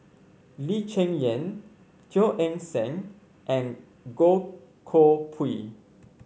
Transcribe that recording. Lee Cheng Yan Teo Eng Seng and Goh Koh Pui